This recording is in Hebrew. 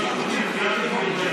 יש קושי עם ביקורי עורכי דין,